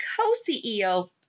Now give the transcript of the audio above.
co-CEO